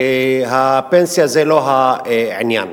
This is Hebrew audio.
והפנסיה זה לא העניין.